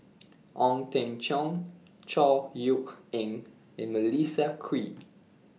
Ong Teng Cheong Chor Yeok Eng and Melissa Kwee